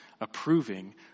approving